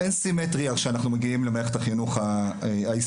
אין סימטריה שאנחנו מגיעים למערכת החינוך הישראלית,